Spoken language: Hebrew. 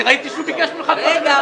אני ראיתי שהוא ביקש ממך הצעות לסדר.